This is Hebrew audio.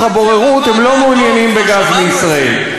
הבוררות הם לא מעוניינים בגז מישראל.